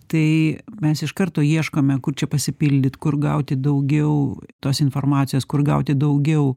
tai mes iš karto ieškome kur čia pasipildyt kur gauti daugiau tos informacijos kur gauti daugiau